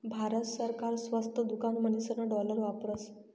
भारत सरकार स्वस्त दुकान म्हणीसन डालर वापरस